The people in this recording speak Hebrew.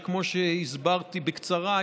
שכמו שהסברתי בקצרה,